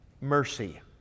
mercy